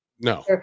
No